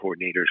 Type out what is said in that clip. coordinators